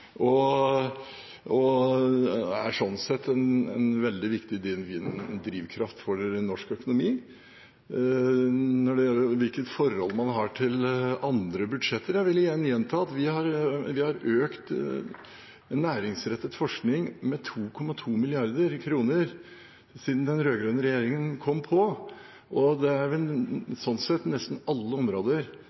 år og er sånn sett en veldig viktig drivkraft for norsk økonomi. Når det gjelder hvilket forhold man har til andre budsjetter: Jeg vil gjenta at vi har økt næringsrettet forskning med 2,2 mrd. kr siden den rød-grønne regjeringen kom på, og sånn sett opplever vel nesten alle områder